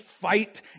fight